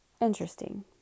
interesting